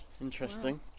Interesting